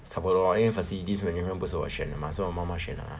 差不多因为 facilities management 不是我选的 mah 是我妈妈选的 mah